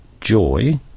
joy